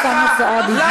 ולהסביר על הגשת כתב אישום?